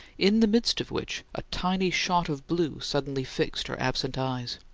in the midst of which a tiny shot of blue suddenly fixed her absent eyes.